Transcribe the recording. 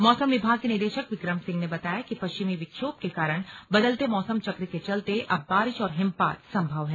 मौसम विभाग के निदेशक विक्रम सिंह ने बताया कि पश्चिमी विक्षोभ के कारण बदलते मौसम चक्र के चलते अब बारिश और हिमपात संभव है